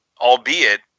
Albeit